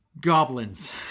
goblins